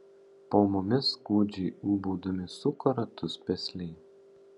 po mumis gūdžiai ūbaudami suko ratus pesliai